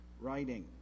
writing